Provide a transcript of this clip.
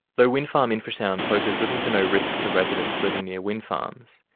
though wind farm infrasound poses little-to-no risk to residents living near wind farms,